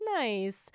Nice